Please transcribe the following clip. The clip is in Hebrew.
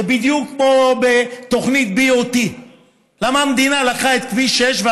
זה בדיוק כמו בתוכנית BOT. למה המדינה לקחה את כביש 6,